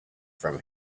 from